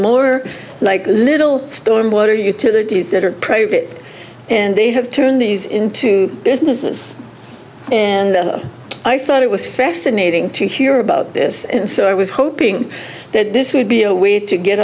more like a little storm water utilities that are private and they have turned these into businesses and i thought it was fascinating to hear about this so i was hoping that this would be a way to get